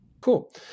Cool